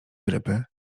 grypy